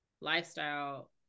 lifestyle